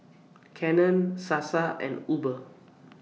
Canon Sasa and Uber